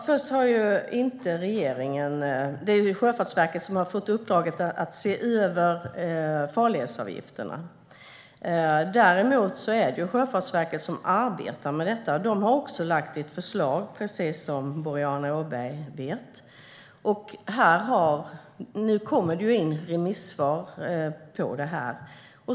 Herr talman! Det är Sjöfartsverket som har fått uppdraget att se över farledsavgifterna. Det är Sjöfartsverket som arbetar med detta. De har också lagt fram ett förslag, precis som Boriana Åberg vet. Nu kommer det in remissvar på det.